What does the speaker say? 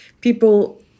people